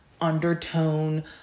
undertone